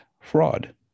fraud